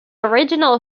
original